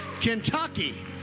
Kentucky